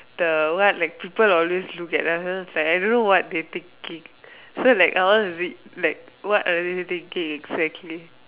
the what like people always look at like us then I was like I don't know what they thinking so like I want to read like what are they thinking exactly